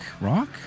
rock